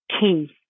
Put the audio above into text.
key